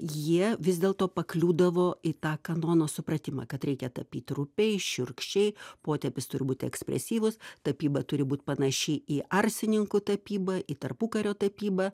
jie vis dėlto pakliūdavo į tą kanono supratimą kad reikia tapyt rupiai šiurkščiai potepis turi būt ekspresyvūs tapyba turi būt panaši į arsininkų tapybą į tarpukario tapybą